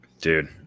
dude